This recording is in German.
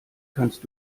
kannst